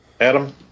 Adam